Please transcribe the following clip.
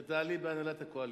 את זה תעלי בהנהלת הקואליציה.